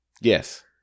Yes